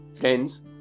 Friends